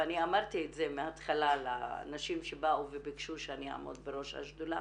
ואני אמרתי את זה מהתחלה לנשים שבאו וביקשו שאני אעמוד בראש השדולה